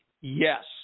yes